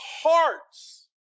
hearts